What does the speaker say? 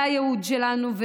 זה הייעוד שלנו.